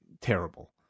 terrible